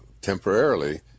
temporarily